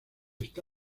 está